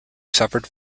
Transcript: suffered